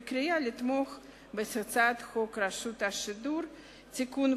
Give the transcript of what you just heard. בקריאה לתמוך בהצעת חוק רשות השידור (תיקון,